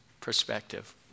perspective